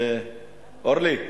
אורלי,